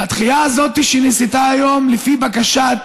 והדחייה הזאת שנעשתה היום לפי בקשת